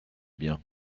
bien